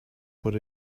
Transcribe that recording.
what